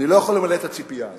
אני לא יכול למלא את הציפייה הזאת.